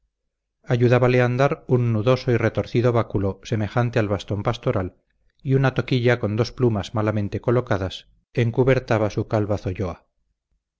ayudábale a andar un nudoso y retorcido báculo semejante al bastón pastoral y una toquilla con dos plumas malamente colocadas encubertaba su calva zolloa